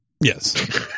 Yes